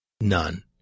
None